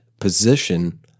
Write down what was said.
position